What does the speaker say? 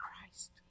Christ